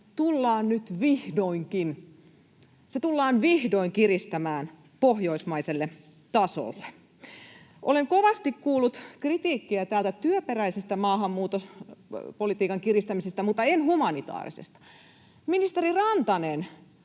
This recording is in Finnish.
tullaan nyt vihdoin kiristämään pohjoismaiselle tasolle. Olen kovasti kuullut täältä kritiikkiä työperäisen maahanmuuttopolitiikan kiristämisestä, mutta en humanitaarisesta. Ministeri Rantanen,